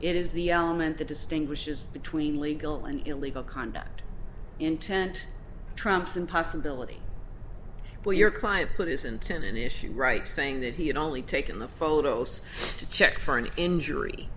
it is the element that distinguishes between legal and illegal conduct intent trumps and possibility where your client put isn't an issue right saying that he had only taken the photos to check for an injury